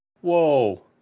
Whoa